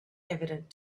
evident